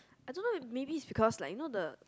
I don't know maybe is because like you know the